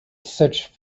such